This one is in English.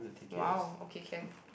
!wow! okay can